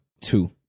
two